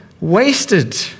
wasted